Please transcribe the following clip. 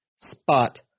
spot